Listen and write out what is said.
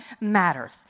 matters